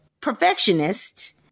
perfectionists